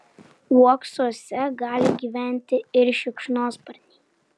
uoksuose gali gyventi ir šikšnosparniai